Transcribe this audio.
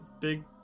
big